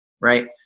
right